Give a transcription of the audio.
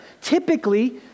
typically